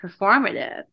performative